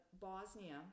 Bosnia